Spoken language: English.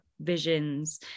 visions